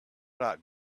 not